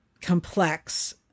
complex